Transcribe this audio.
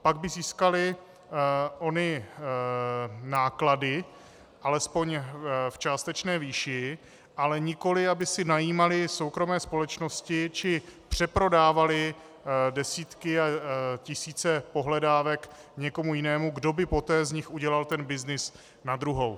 Pak by získaly ony náklady alespoň v částečné výši, ale nikoliv aby si najímaly soukromé společnosti či přeprodávaly tisíce pohledávek někomu jinému, kdo by poté z nich udělal ten byznys na druhou.